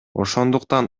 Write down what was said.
ошондуктан